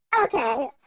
Okay